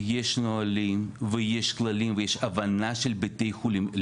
יש נוהלים ויש כללים ושי הבנה של בתי החולים.